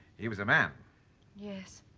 he was a man yes.